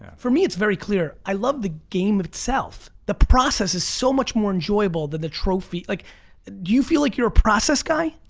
for me it's very clear, i love the game itself. the process is so much more enjoyable than the trophy, like do you feel like you're a process guy?